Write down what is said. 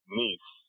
niece